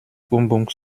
übung